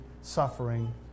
suffering